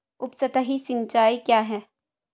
उपसतही सिंचाई क्या है?